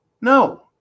No